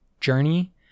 journey